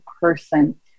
person